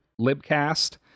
Libcast